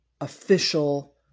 official